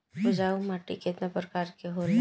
उपजाऊ माटी केतना प्रकार के होला?